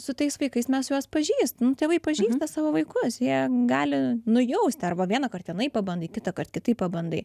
su tais vaikais mes juos pažįs nu tėvai pažįsta savo vaikus jie gali nujausti arba vienąkart vienaip pabandai kitąkart kitaip pabandai